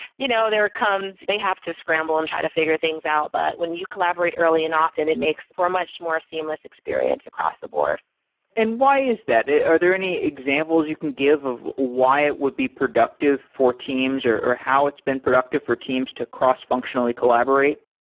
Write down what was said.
you know there comes they have to scramble and try to figure things out. but when you collaborate early and often, it makes for much more seamless experience across the board and why is that? are there any examples you can give of why it would be productive for teams, or how it's been productive for teams to cross-functionally collaborate?